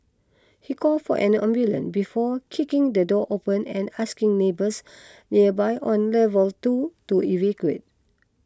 he call for an ambulance before kicking the door open and asking neighbours nearby on level two to evacuate